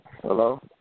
Hello